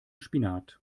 spinat